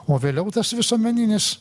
o vėliau tas visuomeninis